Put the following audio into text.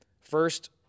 First